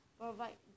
provide